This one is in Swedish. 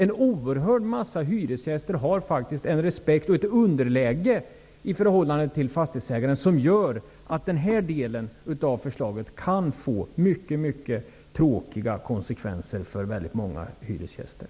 En oerhörd massa hyresgäster har faktiskt respekt för och känner ett underläge i förhållande till fastighetsägaren som gör att den här delen av förslaget kan få mycket tråkiga konsekvenser för väldigt många hyresgäster.